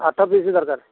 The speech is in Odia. ଆଠ ପିସ୍ ଦରକାର